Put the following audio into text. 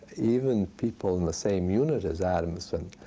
even people in the same unit as adamson,